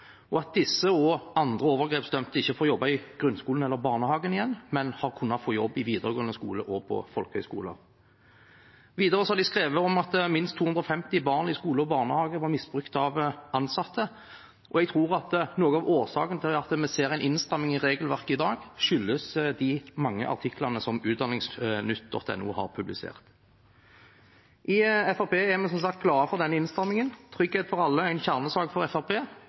og at disse og andre overgrepsdømte ikke får jobbe i grunnskolen eller barnehagen igjen, men har kunnet jobbe i videregående skole og på folkehøgskoler. Videre har de skrevet at minst 250 barn i skole og barnehage har blitt misbrukt av ansatte. Jeg tror noe av årsaken til at vi ser en innstramming i regelverket i dag, skyldes de mange artiklene som utdanningsnytt.no har publisert. I Fremskrittspartiet er vi som sagt glade for denne innstramningen. Trygghet for alle er en kjernesak for